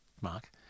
Mark